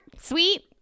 sweet